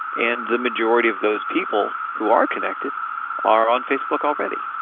and the majority of those people who are connected are on facebook already.